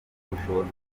ubushobozi